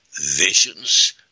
Visions